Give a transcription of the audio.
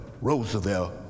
Roosevelt